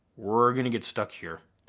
we're gonna get stuck here.